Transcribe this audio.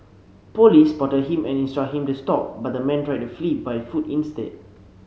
police spotted him and instruct him to stop but the man tried to flee by foot instead